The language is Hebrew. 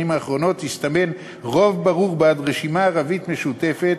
האחרונות הסתמן רוב ברור בעד רשימה ערבית משותפת